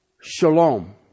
Shalom